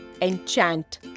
enchant